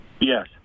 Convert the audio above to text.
Yes